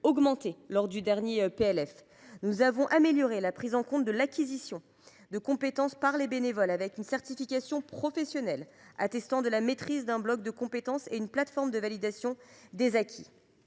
de loi de finances. Nous avons amélioré la prise en compte de l’acquisition de compétences par les bénévoles et instauré une certification professionnelle attestant de la maîtrise d’un bloc de compétences, ainsi qu’une plateforme de validation des acquis.